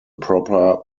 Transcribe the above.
proper